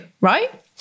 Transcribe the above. right